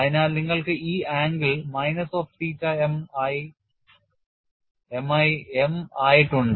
അതിനാൽ നിങ്ങൾക്ക് ഈ angle minus of theta m ആയി ഉണ്ട്